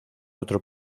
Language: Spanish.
otro